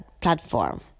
platform